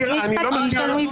האוצר.